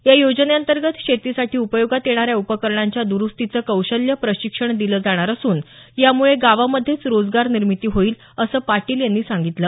या योजनेअंतर्गत शेतीसाठी उपयोगात येणाऱ्या उपकरणांच्या दरूस्तीचं कौशल्य प्रशिक्षण दिलं जाणार असून यामुळे गावामध्येच रोजगार निर्मिती होईल असं पाटील यांनी सांगितलं